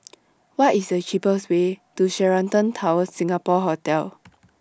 What IS The cheapest Way to Sheraton Towers Singapore Hotel